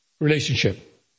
relationship